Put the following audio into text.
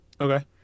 Okay